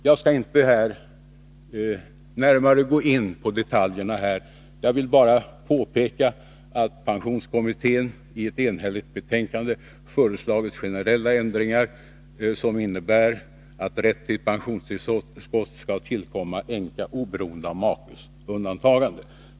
Jag skall inte här gå in på detaljer. Jag vill bara påpeka att pensionskommittén i ett enhälligt betänkande föreslagit generella ändringar som innebär att rätt till pensionstillskott skall tillkomma änka, oberoende av makes undantagande.